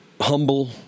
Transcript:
humble